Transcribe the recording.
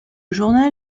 journal